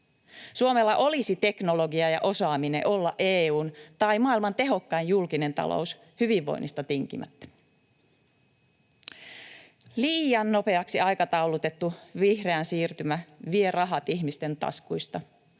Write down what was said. Suomella olisi teknologia ja osaaminen olla EU:n tai maailman tehokkain julkinen talous, hyvinvoinnista tinkimättä. Liian nopeaksi aikataulutettu vihreä siirtymä vie rahat ihmisten taskuista,